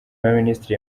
y’abaminisitiri